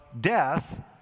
death